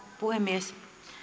puhemies